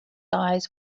eyes